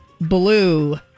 Blue